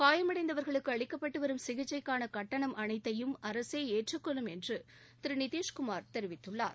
காயமடைந்தவர்களுக்கு அளிக்கப்பட்டுவரும் சிகிச்சைக்கான கட்டணம் அனைத்தையும் அரசே ஏற்றுக்கொள்ளும் என்று திரு நிதிஷ்குமார் தெரிவித்துள்ளார்